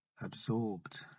absorbed